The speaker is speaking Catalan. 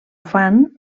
fan